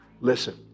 Listen